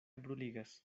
bruligas